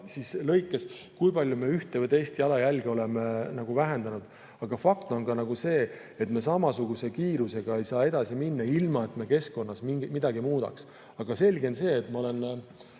lõikes, kui palju me ühte või teist jalajälge oleme vähendanud. Aga fakt on see, et me samasuguse kiirusega ei saa edasi minna, ilma et me keskkonnas midagi muudaks. Selge on see, ma olen